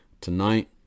tonight